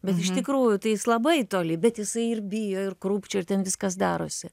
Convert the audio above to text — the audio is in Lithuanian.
bet iš tikrųjų tai jis labai toli bet jisai ir bijo ir krūpčioja ir ten viskas darosi